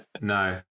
No